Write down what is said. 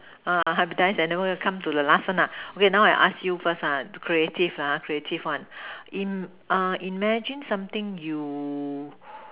ah hybridise and then now come to the last one lah okay now I ask you first ah creative ah creative one in uh imagine something you